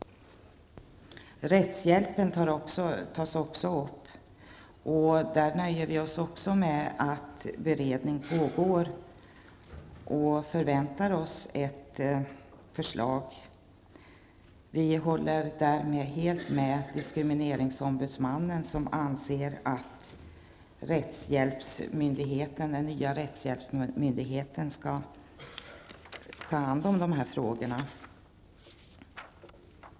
Rättshjälpen tas också upp i betänkandet. Även här nöjer vi oss med att konstatera att beredning pågår. Vi förväntar oss ett förslag. Här håller vi helt med diskrimineringsombudsmannen, som anser att den nya rättshjälpsmyndigheten skall ta hand om de här frågorna.